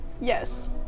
Yes